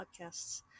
podcasts